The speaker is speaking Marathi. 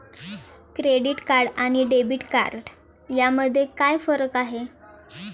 क्रेडिट कार्ड आणि डेबिट कार्ड यामध्ये काय फरक आहे?